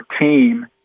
team